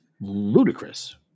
ludicrous